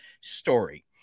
story